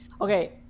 Okay